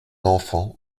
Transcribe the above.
enfant